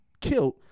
killed